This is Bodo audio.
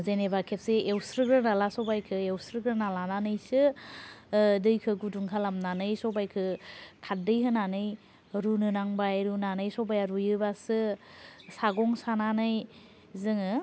जेनेबा खेबसे एवस्रोग्रोना ला सबायखौ एवस्रो ग्रोना लानानैसो दैखौ गुदुं खालामनानै सबायखौ खारदै होनानै रुनो नांबाय रुनानै सबाया रुइयोबासो सागं सानानै जोङो